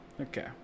Okay